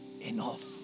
enough